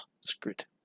screwed